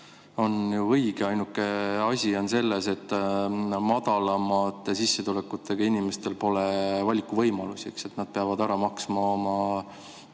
ju õige. Ainuke asi on selles, et madalamate sissetulekutega inimestel pole valikuvõimalusi. Nad peavad ära maksma oma